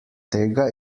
tega